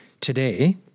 today